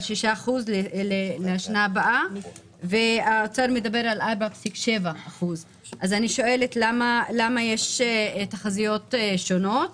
6% לשנה הבאה והאוצר מדבר על 4.7%. אני שואלת למה יש תחזיות שונות?